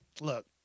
look